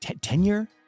Tenure